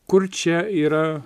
kur čia yra